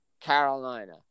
Carolina